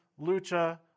lucha